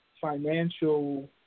financial